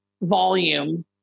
volume